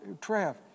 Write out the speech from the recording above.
Trev